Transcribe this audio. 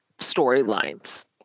storylines